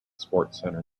sportscenter